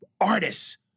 artists